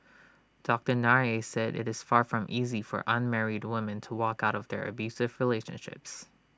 doctor Nair said IT is far from easy for unmarried women to walk out of their abusive relationships